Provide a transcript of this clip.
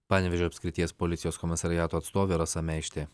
panevėžio apskrities policijos komisariato atstovė rasa meištė